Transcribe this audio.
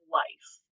life